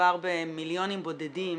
מדובר במיליונים בודדים